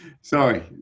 Sorry